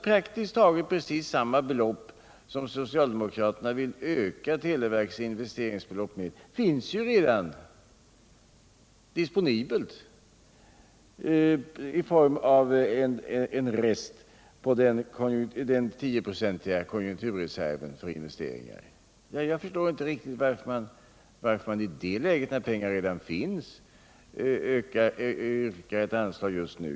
Praktiskt taget samma belopp som socialdemokraterna vill öka televerkets investeringsbelopp med finns redan disponibelt i form av en rest på den tioprocentiga konjunkturreserven för investeringar. Jag förstår inte riktigt varför socialdemokraterna i det läget, när pengarna redan finns, yrkar anslagsökning just nu.